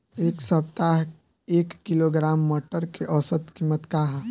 एक सप्ताह एक किलोग्राम मटर के औसत कीमत का ह?